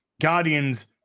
Guardians